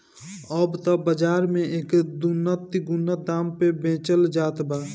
अब त बाज़ार में एके दूना तिगुना दाम पे बेचल जात बा